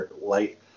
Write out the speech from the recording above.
light